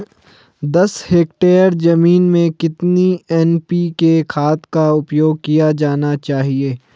दस हेक्टेयर जमीन में कितनी एन.पी.के खाद का उपयोग किया जाना चाहिए?